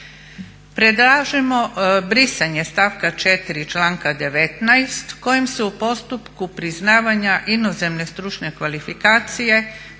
Predlažemo brisanje stavka 4. članka 19. kojem se u postupku priznavanja inozemne stručne kvalifikacije daje